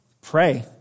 Pray